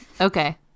Okay